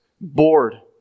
Bored